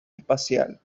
espacial